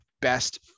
best